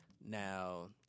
Now